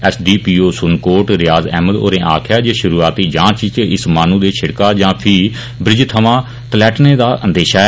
एस D P O Surankot Riyaz Ahmad होरें आक्खेया जे शुरूआती जांच इच इस माहनू दे शिड़कै या फ्ही ब्रिज थमा तलैटने दा अंदेशा ऐ